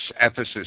Ephesus